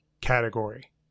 category